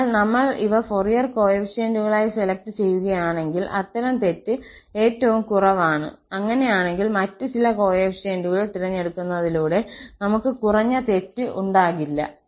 അതിനാൽ നമ്മൾ ഇവ ഫൊറിയർ കോഎഫിഷ്യന്റുകളായി സെലക്ട് ചെയ്യുകയാണെങ്കിൽ അത്തരം തെറ്റ് ഏറ്റവും കുറവാണ് അങ്ങനെയാണെങ്കിൽ മറ്റ് ചില കോഎഫിഷ്യന്റുകൾ തിരഞ്ഞെടുക്കുന്നതിലൂടെ നമുക്ക് കുറഞ്ഞ തെറ്റ് ഉണ്ടാകില്ല